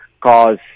cause